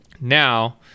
Now